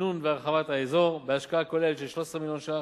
תכנון והרחבת האזור בהשקעה כוללת של 13 מיליון שקלים.